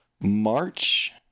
March